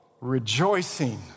rejoicing